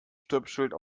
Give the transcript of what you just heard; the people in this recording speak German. stoppschild